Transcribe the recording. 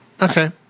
Okay